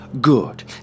Good